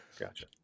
Gotcha